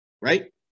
right